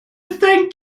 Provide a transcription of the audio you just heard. thank